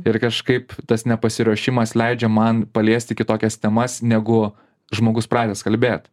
ir kažkaip tas nepasiruošimas leidžia man paliesti kitokias temas negu žmogus pratęs kalbėt